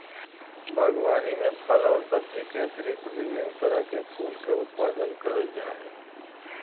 बागवानी में फल और सब्जी के अतिरिक्त विभिन्न तरह के फूल के उत्पादन करल जा हइ